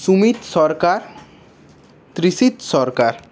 Sumit Sarkar Trishit Sarkar